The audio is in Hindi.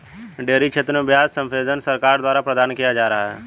डेयरी क्षेत्र में ब्याज सब्वेंशन सरकार द्वारा प्रदान किया जा रहा है